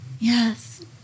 Yes